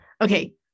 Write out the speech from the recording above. Okay